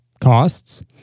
costs